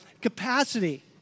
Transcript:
capacity